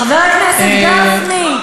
חבר הכנסת גפני,